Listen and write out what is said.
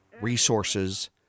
resources